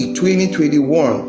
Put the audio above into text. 2021